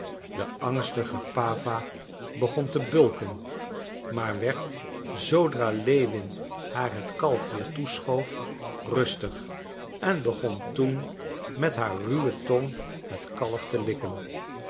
de angstige pawa begon te bulken maar werd zoodra lewin haar het kalf weer toeschoof rustig en begon toen met haar ruwe tong het kalf te likken